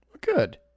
Good